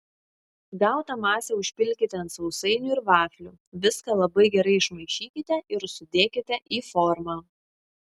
gautą masę užpilkite ant sausainių ir vaflių viską labai gerai išmaišykite ir sudėkite į formą